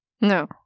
No